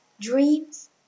Dreams